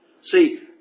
See